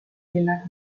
millega